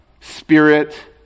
spirit